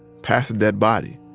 past a dead body,